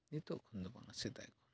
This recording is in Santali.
ᱱᱤᱛᱳᱜ ᱠᱷᱚᱱ ᱫᱚ ᱵᱟᱝ ᱥᱮᱫᱟᱭ ᱠᱷᱚᱱ